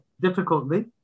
Difficultly